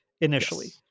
initially